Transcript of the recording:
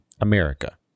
america